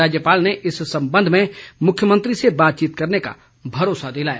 राज्यपाल ने इस संबंध में मुख्यमंत्री से बातचीत करने का भरोसा दिलाया